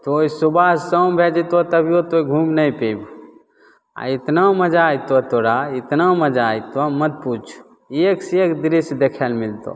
तोँ सुबह शाम भै जएतऽ तभिओ तोँ घुमि नहि पएबहो आओर एतना मजा अएतऽ तोरा एतना मजा अएतऽ मत पुछऽ एकसे एक दृश्य देखैले मिलतऽ